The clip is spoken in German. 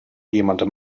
jemandem